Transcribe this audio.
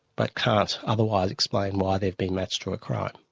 but can't otherwise explain why they'd been matched to a crime.